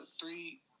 Three